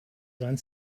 sein